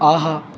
ஆஹா